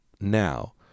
now